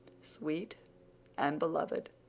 sweet and beloved,